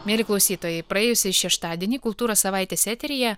mieli klausytojai praėjusį šeštadienį kultūros savaitės eteryje